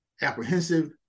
apprehensive